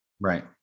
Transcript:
Right